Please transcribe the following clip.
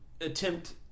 attempt